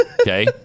Okay